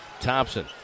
Thompson